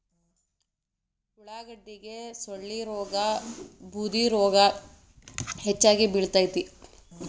ಉಳಾಗಡ್ಡಿಗೆ ಸೊಳ್ಳಿರೋಗಾ ಬೂದಿರೋಗಾ ಹೆಚ್ಚಾಗಿ ಬಿಳತೈತಿ